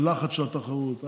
הלחץ של התחרות,